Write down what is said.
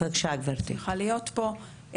אני שמחה להיות פה.